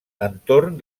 entorn